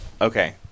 Okay